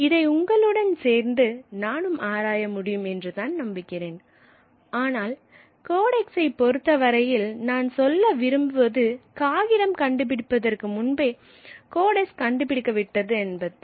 இதை உங்களுடன் சேர்ந்து நானும் ஆராய முடியும் என்றுதான் நம்புகிறேன் ஆனால் கோடெக்ஸை பொறுத்தவரையில் நான் சொல்ல விரும்புவது காகிதம் கண்டுபிடிப்பதற்கு முன்பே கோடெக்ஸ் கண்டுபிடிக்கப்பட்டு விட்டது என்பதே